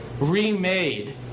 remade